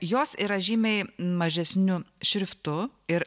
jos yra žymiai mažesniu šriftu ir